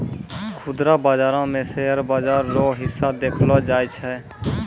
खुदरा बाजारो मे शेयर बाजार रो हिस्सा देखलो जाय छै